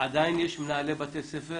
עדיין יש מנהלי בתי ספר